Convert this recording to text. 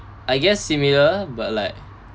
I guess similar but like